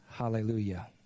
Hallelujah